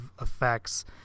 effects